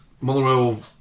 Motherwell